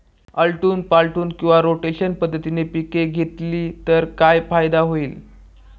आलटून पालटून किंवा रोटेशन पद्धतीने पिके घेतली तर काय फायदा होईल?